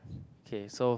K so